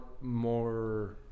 more